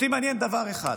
אותי מעניין דבר אחד.